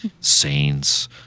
saints